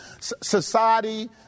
society